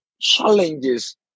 challenges